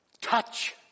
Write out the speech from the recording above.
touch